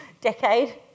decade